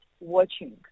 watching